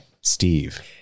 Steve